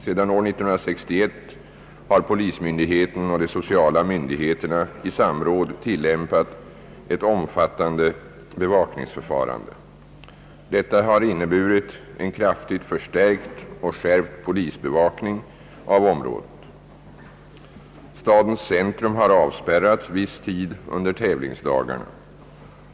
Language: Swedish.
Sedan år 1961 har polismyndigheten och de sociala myndigheterna i samråd tillämpat ett omfattande bevakningsförfarande. Detta har inneburit en kraftigt förstärkt och skärpt polisbevakning av området. Stadens centrum har avspärrats viss tid under tävlingsdagarna.